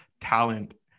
talent